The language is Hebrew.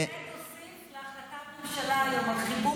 ותוסיף את החלטת הממשלה היום על חיבור